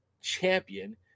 champion